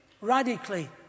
radically